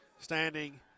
standing